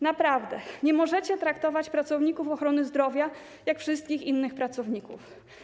Naprawdę nie możecie traktować pracowników ochrony zdrowia jak wszystkich innych pracowników.